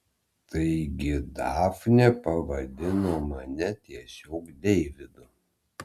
taigi dafnė pavadino mane tiesiog deividu